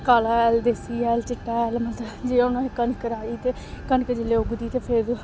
काला हैल देसी हैल चिट्टा हैल मतलब जे हून असें कनक राही ते कनक जेल्लै उगदी ते फिर